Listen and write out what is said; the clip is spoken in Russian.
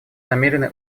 намерены